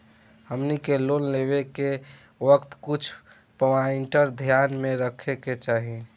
हमनी के लोन लेवे के वक्त कुछ प्वाइंट ध्यान में रखे के चाही